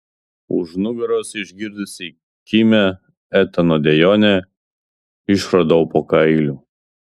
už nugaros išgirdusi kimią etano dejonę išraudau po kailiu